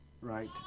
Right